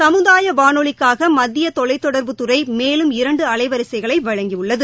சமுதாய வனொலிக்காக மத்திய தொலைத்தொடர்புத்துறை மேலும் இரண்டு அலைவரிசைகளை ஒதுக்கியுள்ளது